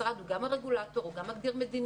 המשרד הוא גם הרגולטור, הוא גם מגדיר מדיניות,